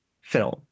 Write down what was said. film